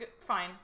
fine